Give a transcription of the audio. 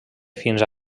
fins